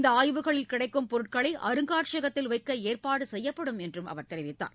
இந்த ஆய்வுகளில் கிடைக்கும் பொருட்களை அருங்காட்சியகத்தில் வைக்க ஏற்பாடு செய்யப்படும் என்றும் அவர் கூறினார்